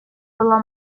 была